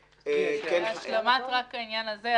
להשלמת העניין הזה,